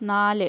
നാല്